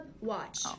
watch